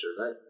right